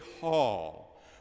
hall